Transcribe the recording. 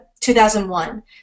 2001